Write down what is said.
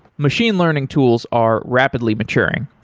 machine learning tools are rapidly maturing.